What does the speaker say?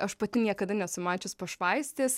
aš pati niekada nesu mačius pašvaistės